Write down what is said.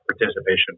participation